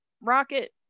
rocket